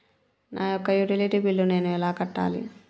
నా యొక్క utility bill నేను ఎలా కట్టాలి?